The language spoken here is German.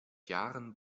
jahren